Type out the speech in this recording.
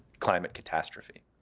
climate catastrophe.